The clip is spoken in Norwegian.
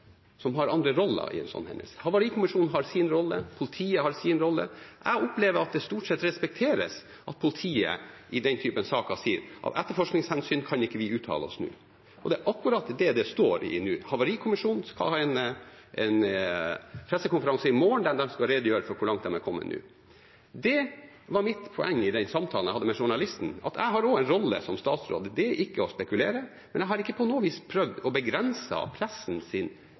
som har andre roller i en sånn hendelse. Havarikommisjonen har sin rolle. Politiet har sin rolle. Jeg opplever at det stort sett respekteres at politiet i slike saker sier at av etterforskningshensyn kan de ikke uttale seg nå. Det er akkurat det det står om nå. Havarikommisjonen skal ha en pressekonferanse i morgen der de skal redegjøre for hvor langt de har kommet. Mitt poeng i den samtalen jeg hadde med journalisten, var at jeg har også en rolle som statsråd – og det er ikke å spekulere. Men jeg har ikke på noe vis prøvd å begrense